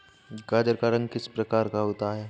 गाजर का रंग किस प्रकार का होता है?